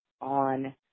on